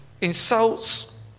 insults